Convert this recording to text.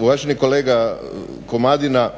Uvaženi kolega Komadina,